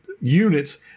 units